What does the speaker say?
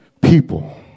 people